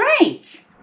right